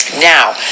Now